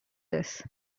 this